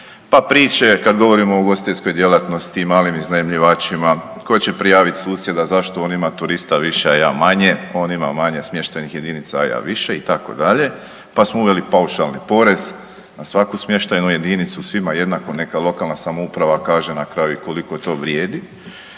pa priče kada govorimo o gospodarskoj djelatnosti i malim iznajmljivačima koje će prijavit susjeda zašto on ima turista više a ja manje, on ima manje smještajnih jedinica a ja više itd., pa smo uveli paušalni porez na svaku smještajnu jedinicu svima jednako neka lokalna samouprava kaže na kraju koliko to vrijedi